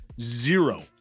Zero